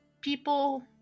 people